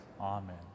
Amen